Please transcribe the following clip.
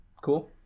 cool